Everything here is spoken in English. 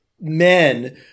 men